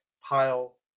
pile